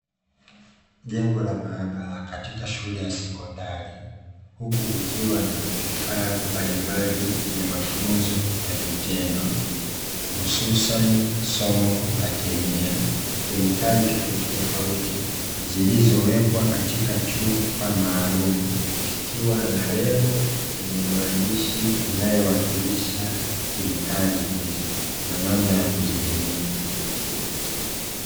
Jengo la maabara katika shule ya sekondari, huku kukiwa na vifaa mbalimbali vya mafunzo ya vitendo hususani somo la kemia. Kemikali tofautitofauti zilizowekwa katika chupa maalumu, zikiwa na lebo yenye maandishi inayowakilisha kemikali hizo na namna ya kuzitumia.